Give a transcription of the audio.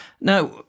Now